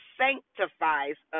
sanctifies